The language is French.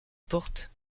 porte